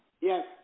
yes